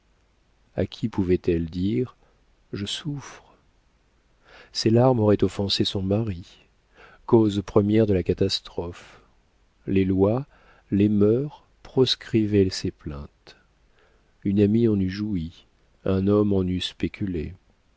a qui pouvait-elle dire je souffre ses larmes auraient offensé son mari cause première de la catastrophe les lois les mœurs proscrivaient ses plaintes une amie en eût joui un homme en eût spéculé